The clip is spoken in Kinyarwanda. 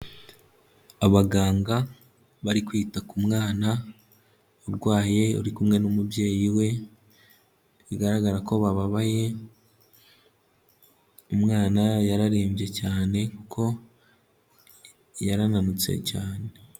Abaganga bari kwita ku mwana urwaye uri kumwe n'umubyeyi we bigaragara ko bababaye, umwana yararembye cyane kuko yarananutse cyane.